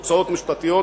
הוצאות משפטיות,